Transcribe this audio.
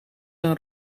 een